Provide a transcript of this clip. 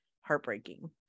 heartbreaking